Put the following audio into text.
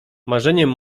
marzeniem